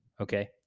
okay